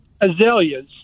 Azaleas